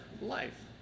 life